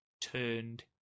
turned